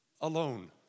Alone